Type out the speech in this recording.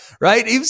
right